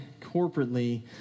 corporately